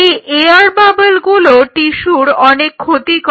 এই এয়ার বাবলগুলো টিস্যুর অনেক ক্ষতি করে